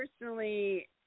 personally